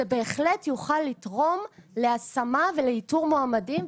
זה בהחלט יותר לתרום להשמה ולאיתור מועמדים.